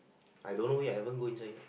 I don't know yet I haven't go inside yet